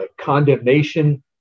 Condemnation